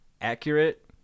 accurate